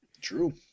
True